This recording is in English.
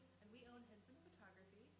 and we own hinson photography.